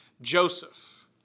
Joseph